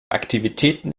aktivitäten